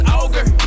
ogre